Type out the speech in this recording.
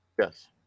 yes